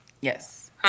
Yes